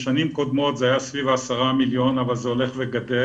בשנים קודמות זה היה סביב ה-10 מיליון אבל זה הולך וגדל.